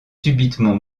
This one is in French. subitement